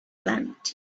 planet